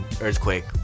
earthquake